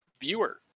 viewer